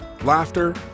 laughter